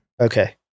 Okay